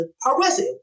progressive